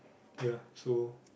ya so